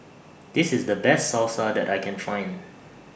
This IS The Best Salsa that I Can Find